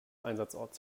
einsatzort